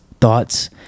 thoughts